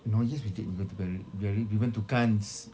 no yes we did we went to biarri~ biarritz we went to cannes